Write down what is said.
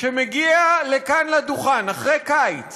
שמגיע לכאן, לדוכן, אחרי קיץ